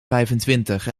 vijfentwintig